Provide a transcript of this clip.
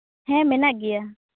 ᱦᱮᱸ ᱢᱮᱱᱟᱜ ᱜᱮᱭᱟ